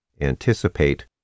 anticipate